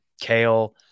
kale